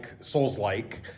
Souls-like